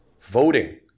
voting